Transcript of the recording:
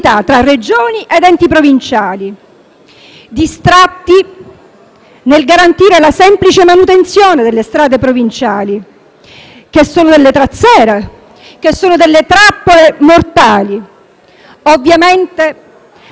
nel garantire la semplice manutenzione delle strade provinciali, che sono delle trazzere, delle trappole mortali, ovviamente anche con i riscontri negativi in termini di economia sui Comuni vicini.